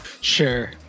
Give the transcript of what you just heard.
Sure